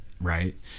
right